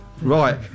Right